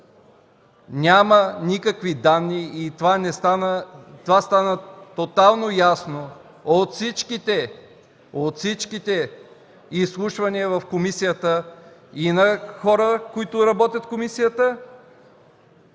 Няма никакви данни и това стана тотално ясно от всичките изслушвания в комисията – и на хората, които работят в нея,